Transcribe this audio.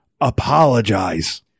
Apologize